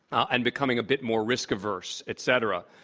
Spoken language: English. and becoming a bit more risk averse, et cetera,